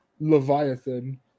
Leviathan